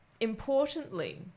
Importantly